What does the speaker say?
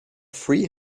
three